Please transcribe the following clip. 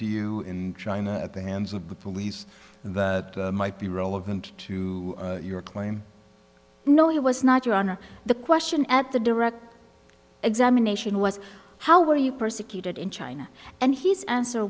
to you in china at the hands of the police that might be relevant to your claim no it was not your honor the question at the direct examination was how were you persecuted in china and he's answer